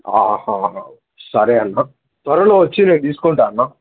సరే అన్న త్వరలో వచ్చి నేను తీసుకుంటాను అన్న